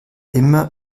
immer